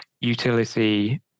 utility